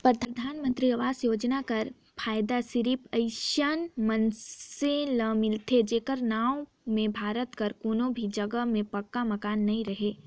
परधानमंतरी आवास योजना कर फएदा सिरिप अइसन मइनसे ल मिलथे जेकर नांव में भारत कर कोनो भी जगहा में पक्का मकान नी रहें